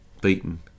beaten